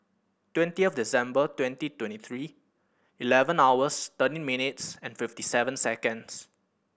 twentieth December twenty twenty three eleven hours thirteen minutes and fifty seven seconds